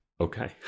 Okay